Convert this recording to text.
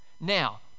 Now